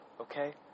Okay